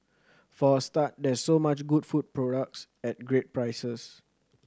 for a start there's so much good food products at great prices